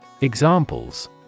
Examples